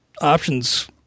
options